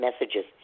messages